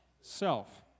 Self